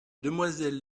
demoiselle